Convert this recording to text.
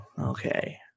okay